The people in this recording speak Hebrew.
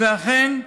ואכן,